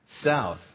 south